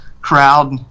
crowd